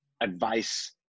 advice